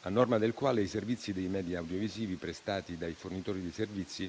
a norma del quale i servizi dei media audiovisivi prestati dai fornitori di servizi